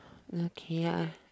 okay ah